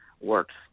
works